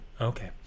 okay